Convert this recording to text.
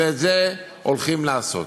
ואת זה הולכים לעשות.